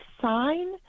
sign